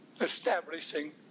establishing